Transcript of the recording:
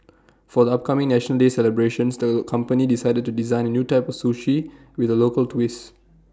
for the upcoming National Day celebrations the company decided to design A new type of sushi with A local twist